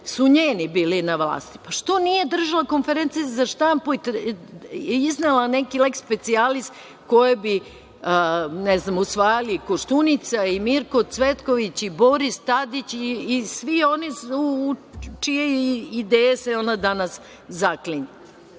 su njeni bili na vlasti, pa što nije držala konferencije za štampu i iznela neki leks specijalis koji bi usvajali, ne znam, Koštunica i Mirko Cvetković i Boris Tadić i svi oni u čije se ideje danas zaklinje.